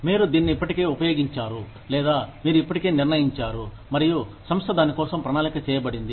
మీరు దీన్ని ఇప్పటికే ఉపయోగించారు లేదా మీరు ఇప్పటికే నిర్ణయించారు మరియు సంస్థ దానికోసం ప్రణాళిక చేయబడింది